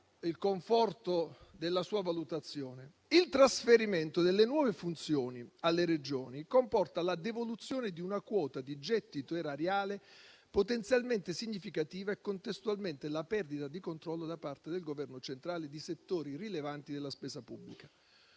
«Il trasferimento delle nuove funzioni alle Regioni comporta la devoluzione di una quota di gettito erariale potenzialmente significativa e, contestualmente, la perdita di controllo da parte del Governo centrale di settori rilevanti della spesa pubblica.